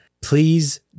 please